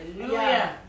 Hallelujah